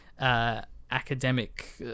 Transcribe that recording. academic